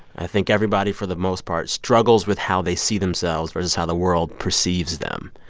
i think everybody for the most part struggles with how they see themselves versus how the world perceives them.